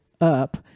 up